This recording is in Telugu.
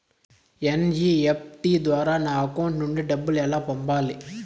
ఎన్.ఇ.ఎఫ్.టి ద్వారా నా అకౌంట్ నుండి డబ్బులు ఎలా పంపాలి